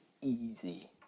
easy